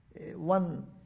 one